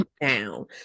down